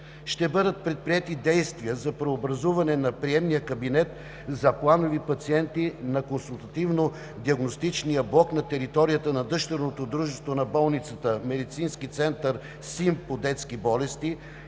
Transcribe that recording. Ще бъдат предприети действия за преобразуване на приемния кабинет за планови пациенти на Консултативно-диагностичния блок на територията на дъщерното дружество на болницата, Медицински център – СИМП по детски болести,